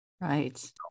Right